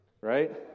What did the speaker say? right